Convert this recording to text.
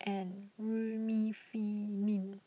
and Remifemin